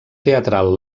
teatral